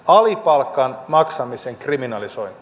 alipalkan maksamisen kriminalisointi